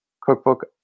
cookbook